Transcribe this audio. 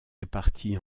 réparties